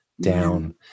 down